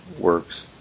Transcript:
works